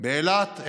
באילת,